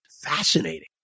fascinating